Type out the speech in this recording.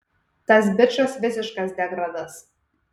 tas bičas visiškas degradas